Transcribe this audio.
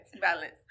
balance